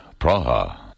Praha